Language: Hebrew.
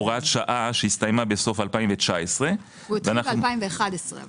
הוראת שעה שהסתיימה בסוף 2019. הוא נולד ב-2011.